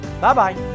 Bye-bye